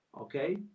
okay